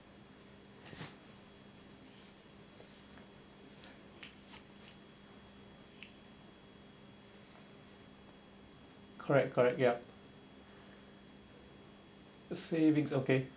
correct correct yup savings okay